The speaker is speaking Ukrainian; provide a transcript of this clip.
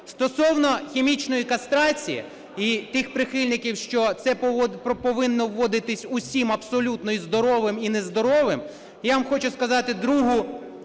Стосовно хімічної кастрації і тих прихильників, що це повинно вводитись усім абсолютно, здоровим і нездоровим. Я вам хочу сказати другу